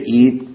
eat